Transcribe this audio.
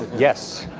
yes.